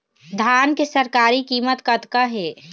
धान के सरकारी कीमत कतका हे?